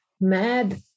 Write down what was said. mad